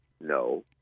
No